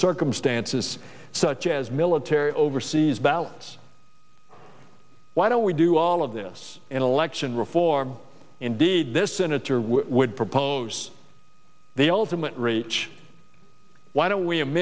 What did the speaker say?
circumstances such as military overseas ballots why don't we do all of this in election reform indeed this senator would propose the ultimate rage why don't we